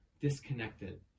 disconnected